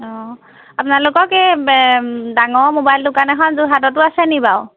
অ আপোনালোকক এই বে ডাঙৰ মোবাইল দোকান এখন যোৰহাটতো আছে নি বাৰু